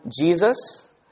Jesus